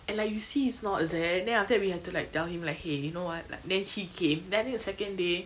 and like you see it's not there then after that we have to tell him like !hey! you know what like then he came then I think the second day